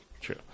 true